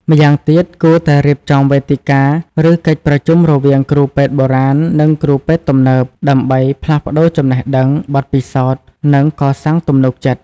ម្យ៉ាងទៀត គួរតែរៀបចំវេទិកា ឬកិច្ចប្រជុំរវាងគ្រូពេទ្យបុរាណ និងគ្រូពេទ្យទំនើប ដើម្បីផ្លាស់ប្ដូរចំណេះដឹង បទពិសោធន៍ និងកសាងទំនុកចិត្ត។